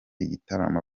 igitaramo